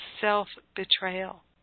self-betrayal